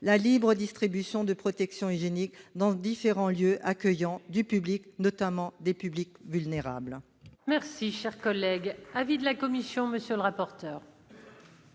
la libre distribution de protections hygiéniques dans différents lieux accueillant, notamment, des publics vulnérables.